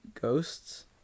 ghosts